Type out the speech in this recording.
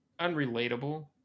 unrelatable